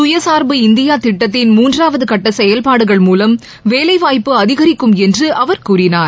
சுயசார்பு இந்தியா திட்டத்தின் மூன்றாவது கட்ட செயல்பாடுகள் மூலம் வேலைவாய்ப்பு அதிகரிக்கும் என்று அவர் கூறினார்